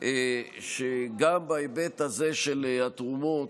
שגם בהיבט הזה של התרומות,